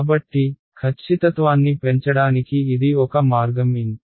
కాబట్టి ఖచ్చితత్వాన్ని పెంచడానికి ఇది ఒక మార్గం N